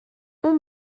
اون